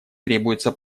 требуется